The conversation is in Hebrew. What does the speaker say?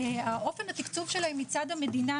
אופן התקצוב שלהם מצד המדינה,